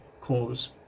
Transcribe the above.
cause